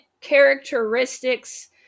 characteristics